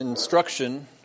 instruction